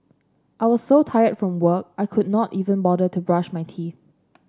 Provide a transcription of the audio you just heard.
I was so tired from work I could not even bother to brush my teeth